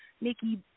Nikki